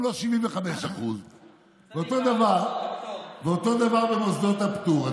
הם לא 75%. אותו דבר במוסדות הפטור,